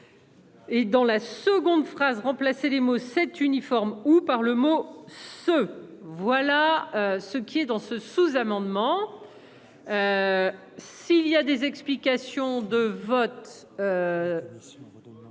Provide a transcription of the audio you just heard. Et dans la seconde phrase remplacer les mots cet uniforme ou par le mot ce voilà. Ce qui est dans ce sous-amendement. S'il y a des explications de vote.